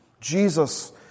Jesus